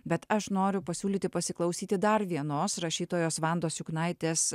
bet aš noriu pasiūlyti pasiklausyti dar vienos rašytojos vandos juknaitės